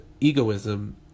egoism